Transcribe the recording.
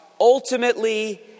Ultimately